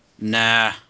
Nah